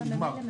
ונגמר.